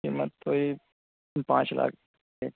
قیمت تو وہی پانچ لاکھ ہے